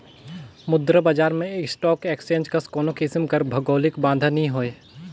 मुद्रा बजार में स्टाक एक्सचेंज कस कोनो किसिम कर भौगौलिक बांधा नी होए